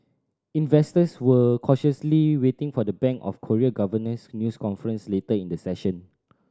investors were cautiously waiting for the Bank of Korea governor's news conference later in the session